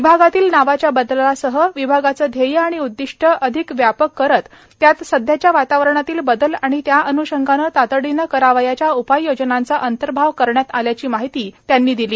विभागातील नावाच्या बदलासह विभागाचे ध्येय आणि उद्दिष्टे अधिक व्यापक करत त्यात सध्याच्या वातावरणातील बदल आणि त्याअनृषंगाने तातडीने करावयाच्या उपाययोजनांचा अंतर्भाव करण्यात आल्याची माहिती मंत्रिदवयांनी दिली